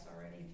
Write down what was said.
already